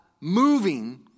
moving